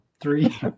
three